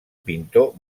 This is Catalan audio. pintor